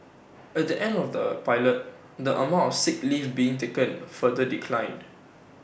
at the end of the pilot the amount of sick leave being taken further declined